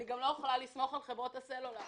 אני גם לא יכולה לסמוך על חברות הסלולר.